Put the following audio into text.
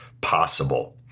possible